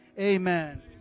Amen